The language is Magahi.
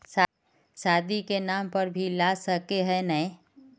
शादी के नाम पर भी ला सके है नय?